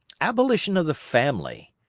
abolition of the family!